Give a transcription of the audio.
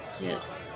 Yes